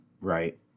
Right